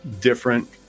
different